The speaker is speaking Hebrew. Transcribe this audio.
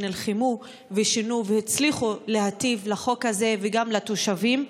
שנלחמו ושינו והצליחו להיטיב את החוק הזה ועם התושבים,